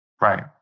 Right